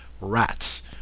rats